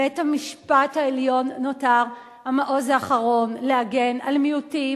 בית-המשפט העליון נותר המעוז האחרון להגנה על מיעוטים,